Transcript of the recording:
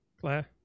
Claire